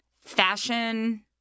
Fashion